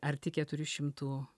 arti keturių šimtų